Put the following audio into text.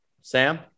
Sam